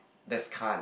that's can't